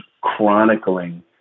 chronicling